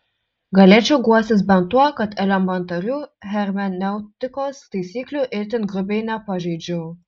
galėčiau guostis bent tuo kad elementarių hermeneutikos taisyklių itin grubiai nepažeidžiau